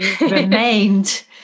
remained